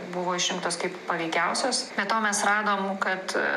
buvo išrinktos kaip paveikiausios be to mes radom kad